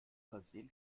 versehen